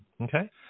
okay